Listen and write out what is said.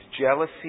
jealousy